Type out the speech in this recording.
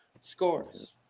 scores